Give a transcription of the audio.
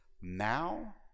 now